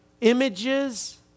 images